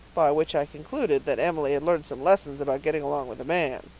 by which i concluded that emily had learned some lessons about getting along with a man.